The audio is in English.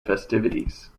festivities